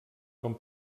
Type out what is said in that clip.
com